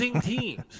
teams